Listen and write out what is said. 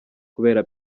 kubera